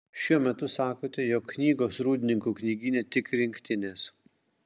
šiuo metu sakote jog knygos rūdninkų knygyne tik rinktinės